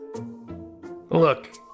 Look